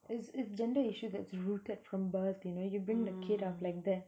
it's it's gender issue that's rooted from birth you know you bring the kid up like that